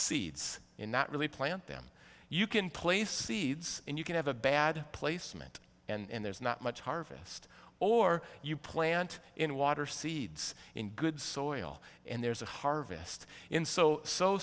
seeds you not really plant them you can place seeds and you can have a bad placement and there's not much harvest or you plant in water seeds in good soil and there's a harvest in so so